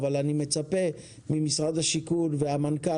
אבל אני מצפה ממשרד השיכון ומהמנכ"ל